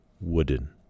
wooden